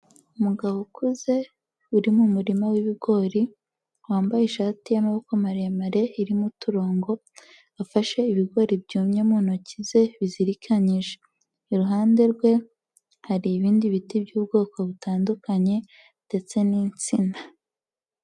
Umugabo ukuze uri mu murima w'ibigori wambaye ishati y'amaboko maremare irimo uturongo, afashe ibigori byumye mu ntoki ze bizirikanyije, iruhande rwe hari ibindi biti by'ubwoko butandukanye ndetse n'insina.